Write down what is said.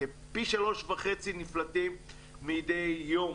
פי שלושה וחצי מדי יום.